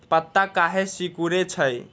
पत्ता काहे सिकुड़े छई?